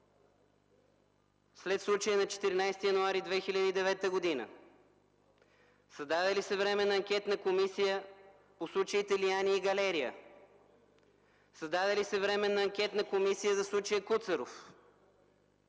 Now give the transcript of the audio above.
след случая на 14 януари 2009 г.? Създаде ли се Временна анкетна комисия по случаите „Лиани” и „Галерия”? Създаде ли се Временна анкетна комисия за случая „Куцаров”?